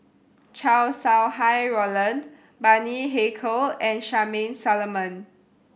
Chow Sau Hai Roland Bani Haykal and Charmaine Solomon